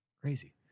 Crazy